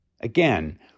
Again